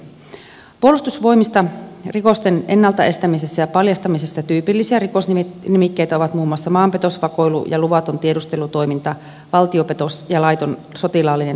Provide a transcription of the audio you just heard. puolustusvoimisissa rikosten ennalta estämisessä ja paljastamisessa tyypillisiä rikosnimikkeitä ovat muun muassa maanpetos vakoilu ja luvaton tiedustelutoiminta valtiopetos ja laiton sotilaallinen toiminta